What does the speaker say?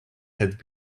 had